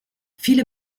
viele